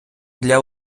для